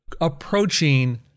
approaching